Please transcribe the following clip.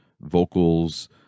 vocals